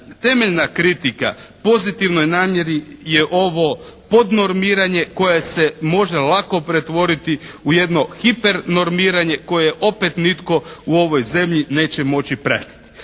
temeljna kritika pozitivnoj namjeri je ovo podnormiranje koje se može lako pretvoriti u jednom hipernormiranje koje opet nitko u ovoj zemlji neće moći pratiti.